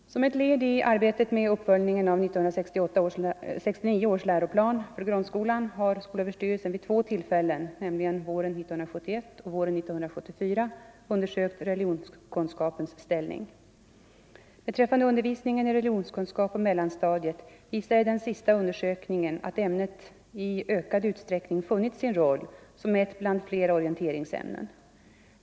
Som ett led i arbetet med uppföljningen av 1969 års läroplan för grundskolan har skolöverstyrelsen vid två tillfällen — nämligen våren 1971 och våren 1974 — undersökt religionskunskapens ställning. Beträffande undervisningen i religionskunskap på mellanstadiet visade den sista undersökningen att ämnet i ökad utsträckning funnit sin roll som ett bland flera orienteringsämnen.